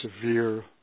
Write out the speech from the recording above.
severe